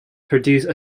produced